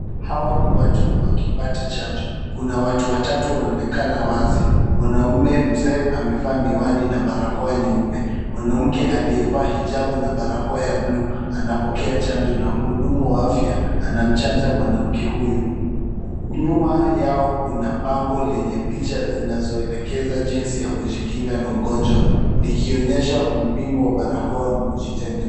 Hawa ni watu wakipata chanjo. Kuna watu watatu wanaonekana wazi . Mwanamume mzee amevaa miwani na barakoa nyeupe. Mwanamke aliyevaa hijabu na barakoa ya buluu anapokea chanjo na mhudumu wa afya anamchanja mwanamke huyu. Nyuma yao kuna bango lenye picha zinazoelekeza jinsi ya kujikinga na ugonjwa likionyesha umuhimu wa barakoa na kujitenga.